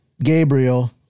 Gabriel